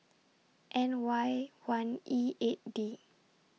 N Y one E eight D